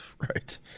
right